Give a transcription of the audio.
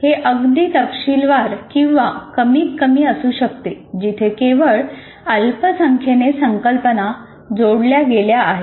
हे अगदी तपशीलवार किंवा कमीतकमी असू शकते जिथे केवळ अल्प संख्येने संकल्पना जोडल्या गेल्या आहेत